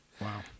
Wow